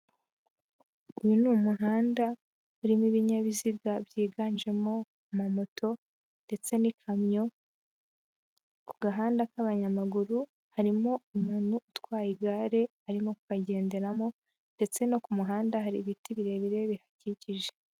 Uyu ni umuhanda urimo ibinyabiziga byiganjemo amamoto, ndetse n'ikamyo, ku gahanda k'abanyamaguru, harimo umuntu utwaye igare arimo kukagenderamo ndetse no ku muhanda hari ibiti birebire bihakikije.